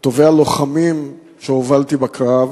וטובי הלוחמים שהובלתי בקרב